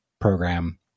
program